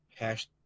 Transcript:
Hashtag